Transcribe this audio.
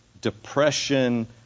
depression